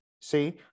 see